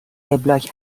وبلاگ